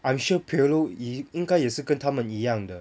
I am sure pirlo 一应该也是跟他们一样的